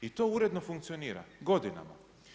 I to uredno funkcionira godinama.